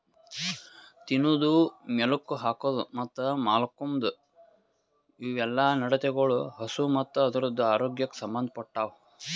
ತಿನದು, ಮೇಲುಕ್ ಹಾಕದ್ ಮತ್ತ್ ಮಾಲ್ಕೋಮ್ದ್ ಇವುಯೆಲ್ಲ ನಡತೆಗೊಳ್ ಹಸು ಮತ್ತ್ ಅದುರದ್ ಆರೋಗ್ಯಕ್ ಸಂಬಂದ್ ಪಟ್ಟವು